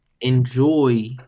enjoy